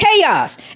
chaos